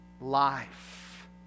life